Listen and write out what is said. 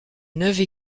neuve